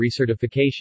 recertification